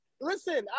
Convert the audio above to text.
Listen